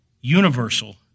universal